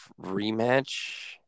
rematch